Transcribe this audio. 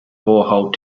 borehole